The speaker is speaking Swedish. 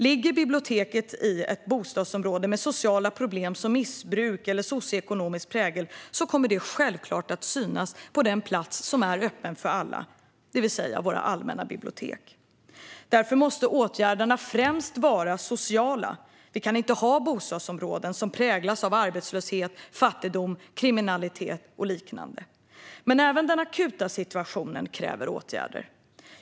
Ligger biblioteket i ett bostadsområde med sociala problem som missbruk eller med socioekonomiskt svag prägel kommer det självklart att synas på den plats som är öppen för alla, det vill säga våra allmänna bibliotek. Därför måste åtgärderna främst vara sociala. Vi kan inte ha bostadsområden som präglas av arbetslöshet, fattigdom, kriminalitet och liknande. Även den akuta situationen kräver dock åtgärder.